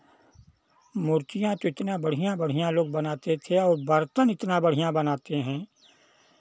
मूर्तियाँ तो इतना बढ़ियाँ बढ़ियाँ लोग बनाते थे और बर्तन इतना बढ़ियाँ बनाते हैं